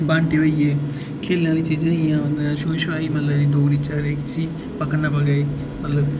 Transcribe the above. बांह्टे होई गे खेढ़ने आह्लियां चीजां होई गेइयां छप्पन छपाई जि'यां डोगरी च आखदे जिसी पगना पगाई मतलब